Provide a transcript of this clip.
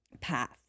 path